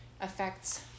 affects